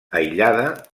aïllada